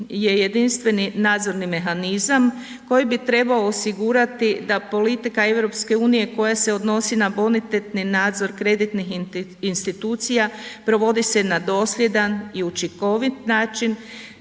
je jedinstveni nadzorni mehanizam koji bi trebao osigurati da politika EU koja se odnosi na bonitetni nadzor kreditnih institucija provodi se na dosljedan i učinkovit način,